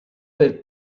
per